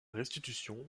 restitution